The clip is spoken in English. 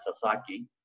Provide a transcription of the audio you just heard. Sasaki